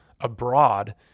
abroad